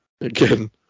Again